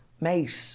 mate